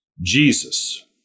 Jesus